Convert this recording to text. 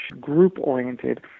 group-oriented